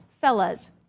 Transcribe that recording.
fellas